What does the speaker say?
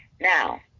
Now